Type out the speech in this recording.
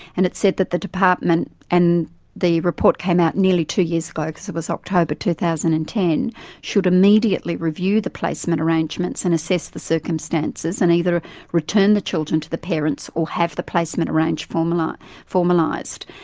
and it said that the department and the report came out nearly two it like so was october two thousand and ten should immediately review the placement arrangements and assess the circumstances, and either return the children to the parents or have the placement arrangement um ah formalised,